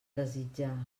desitjar